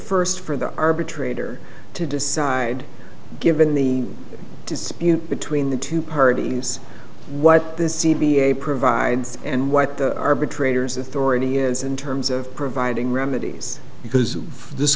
first for the arbitrator to decide given the dispute between the two parties what this c b a provides and what the arbitrators authority is in terms of providing remedies because this